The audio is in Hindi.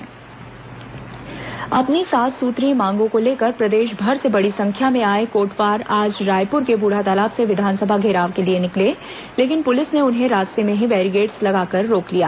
कोटवार प्रदर्शन अपनी सात सूत्रीय मांगों को लेकर प्रदेशभर से बड़ी संख्या में आए कोटवार आज रायपुर के बूढातालाब से विधानसभा घेराव के लिए निकले लेकिन पुलिस ने उन्हें रास्ते में ही बैरीकेट्स लगाकर रोक लिया